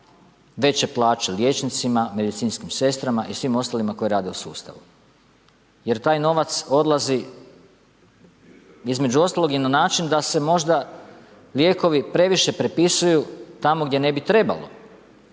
veće plaće liječnicima, medicinskim sestrama i svim ostalima koji rade u sustavu. Jer taj novac odlazi između ostalog i na način da se možda lijekovi previše prepisuju tamo gdje ne bi trebalo.